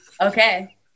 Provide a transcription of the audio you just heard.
Okay